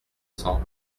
cents